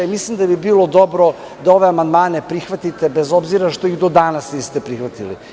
Mislim da bi bilo dobro da ove amandmane prihvatite, bez obzira što ih danas niste prihvatili.